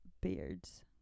beards